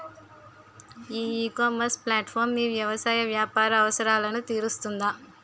ఈ ecommerce platform మీ వ్యవసాయ వ్యాపార అవసరాలను తీరుస్తుందా?